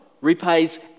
repays